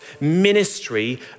ministry